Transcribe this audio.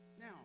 Now